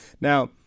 Now